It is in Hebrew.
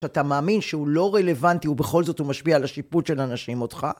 אתה מאמין שהוא לא רלוונטי ובכל זאת הוא משפיע על השיפוט של אנשים אותך?